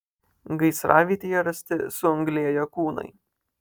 gaisravietėje rasti suanglėję kūnai